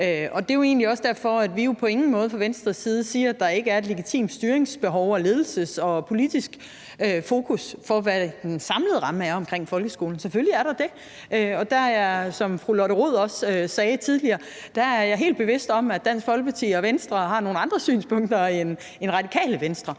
Det er jo egentlig også derfor, at vi på ingen måde fra Venstres side siger, at der ikke er et legitimt styringsbehov og et behov for et ledelsesmæssigt og politisk fokus, i forhold til hvad den samlede ramme er omkring folkeskolen. Selvfølgelig er der det. Og der er jeg helt bevidst om, at Dansk Folkeparti og Venstre har nogle andre synspunkter end Radikale Venstre,